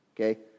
okay